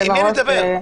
עם מי אני מדבר?